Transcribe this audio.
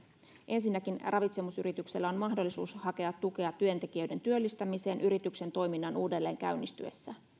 ensinnäkin ravitsemusyrityksellä on mahdollisuus hakea tukea työntekijöiden työllistämiseen yrityksen toiminnan uudelleen käynnistyessä